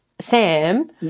Sam